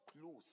close